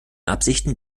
absichten